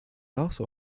also